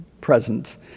presence